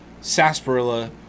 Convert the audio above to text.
sarsaparilla